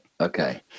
okay